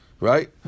Right